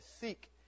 seek